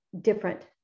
different